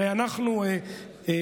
הרי אנחנו מתכוונים,